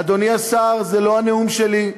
אדוני השר, זה לא הנאום שלי.